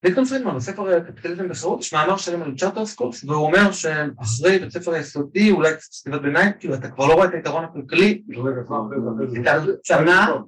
מילטון פרידמן בספר קפיטליזם וחירות יש מאמר שלם על צארטר סקולס והוא אומר שאחרי בית הספר היסודי אולי חטיבת הביניים כאילו אתה כבר לא רואה את היתרון הכלכלי